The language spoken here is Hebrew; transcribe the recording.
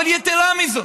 אבל יתרה מזאת,